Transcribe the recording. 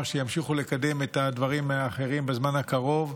שימשיכו לקדם את הדברים האחרים בזמן הקרוב.